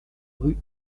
rue